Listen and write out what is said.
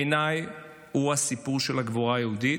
בעיניי, הוא הסיפור של הגבורה היהודית,